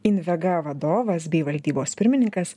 invega vadovas bei valdybos pirmininkas